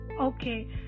Okay